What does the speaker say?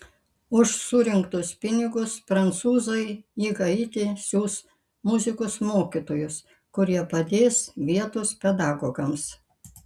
už surinktus pinigus prancūzai į haitį siųs muzikos mokytojus kurie padės vietos pedagogams